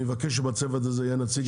אני מבקש שיהיה בצוות הזה נציג